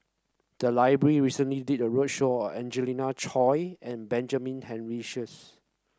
the library recently did a roadshow on Angelina Choy and Benjamin Henry Sheares